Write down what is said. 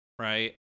right